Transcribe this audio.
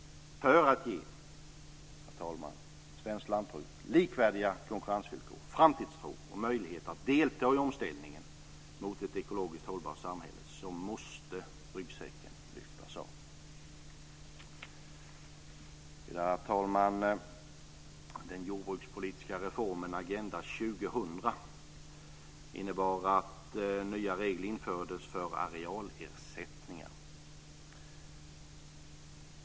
För att ge svenskt lantbruk likvärdiga konkurrensvillkor, framtidstro och möjligheter att delta i omställningen mot ett ekologiskt hållbart samhälle måste ryggsäcken lyftas av.